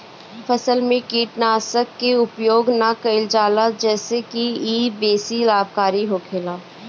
फसल में कीटनाशक के उपयोग ना कईल जाला जेसे की इ बेसी लाभकारी होखेला